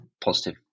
positive